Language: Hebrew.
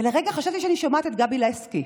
ולרגע חשבתי שאני שומעת את גבי לסקי.